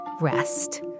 Rest